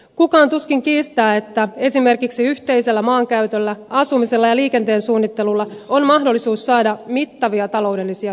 kukaan tuskin kiistää että esimerkiksi yhteisellä maankäytöllä asumisella ja liikenteen suunnittelulla on mahdollisuus saada mittavia taloudellisia hyötyjä